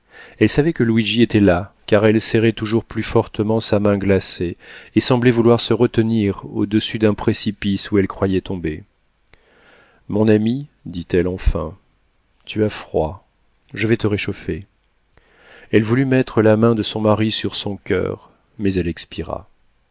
elle savait que luigi était là car elle serrait toujours plus fortement sa main glacée et semblait vouloir se retenir au-dessus d'un précipice où elle croyait tomber mon ami dit-elle enfin tu as froid je vais te réchauffer elle voulut mettre la main de son mari sur son coeur mais elle expira